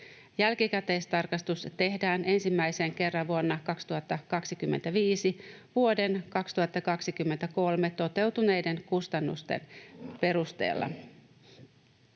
Jälkikäteistarkistus tehdään ensimmäisen kerran vuonna 2025 vuoden 2023 toteutuneiden kustannusten perusteella.